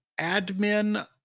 admin